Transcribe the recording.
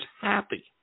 happy